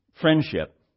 friendship